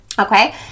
okay